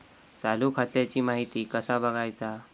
चालू खात्याची माहिती कसा बगायचा?